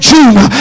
June